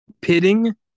Pitting